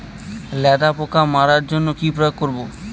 লেদা পোকা মারার জন্য কি প্রয়োগ করব?